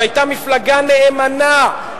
שהיתה מפלגה נאמנה,